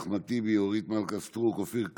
אחמד טיבי, אורית מלכה סטרוק, אופיר כץ,